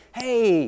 hey